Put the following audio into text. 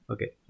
Okay